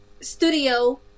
Studio